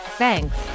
Thanks